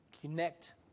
Connect